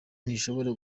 ntishobora